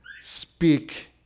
speak